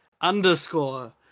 underscore